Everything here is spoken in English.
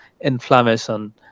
inflammation